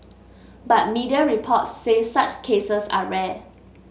but media reports say such cases are rare